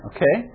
Okay